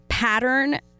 Pattern